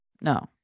No